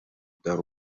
the